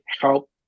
help